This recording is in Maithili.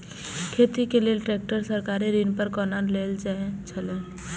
खेती के लेल ट्रेक्टर सरकारी ऋण पर कोना लेल जायत छल?